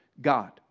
God